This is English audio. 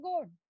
good